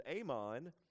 Amon